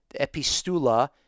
Epistula